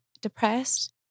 depressed